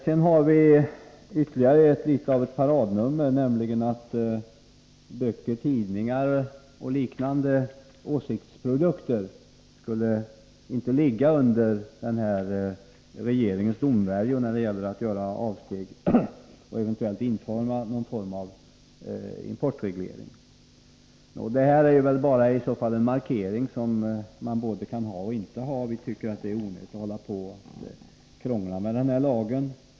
Det har blivit litet av ett paradnummer att böcker, tidningar och liknande åsiktsprodukter inte skulle falla under denna regerings domvärjo när det gäller att göra avsteg och eventuellt införa någon form av importreglering. Detta är bara en markering, som man både kan ha och vara utan. Vi tycker att det är onödigt att hålla på och krångla med denna lag.